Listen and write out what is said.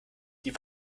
die